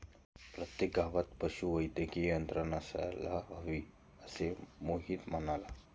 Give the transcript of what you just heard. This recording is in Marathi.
प्रत्येक गावात पशुवैद्यकीय यंत्रणा असायला हवी, असे मोहित म्हणाला